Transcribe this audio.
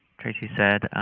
tracey said,